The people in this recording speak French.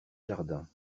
jardins